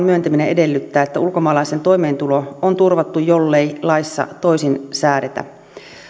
myöntäminen edellyttää että ulkomaalaisen toimeentulo on turvattu jollei laissa toisin säädetä